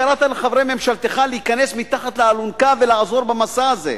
קראת לחברי ממשלתך להיכנס מתחת לאלונקה ולעזור במסע הזה.